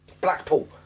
Blackpool